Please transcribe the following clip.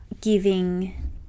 giving